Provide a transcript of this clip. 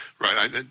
Right